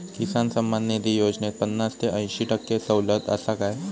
किसान सन्मान निधी योजनेत पन्नास ते अंयशी टक्के सवलत आसा काय?